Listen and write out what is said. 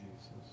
Jesus